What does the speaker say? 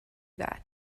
that